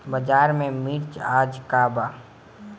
बाजार में मिर्च आज का बा?